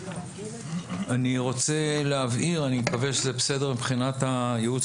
אני רוצה להבהיר אני מקווה שזה בסדר מבחינת הייעוץ